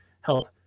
help